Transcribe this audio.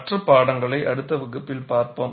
மற்ற பாடங்களை அடுத்த வகுப்பில் பார்ப்போம்